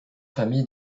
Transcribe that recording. familles